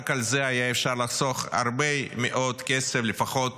רק על זה אפשר היה לחסוך הרבה מאוד כסף, לפחות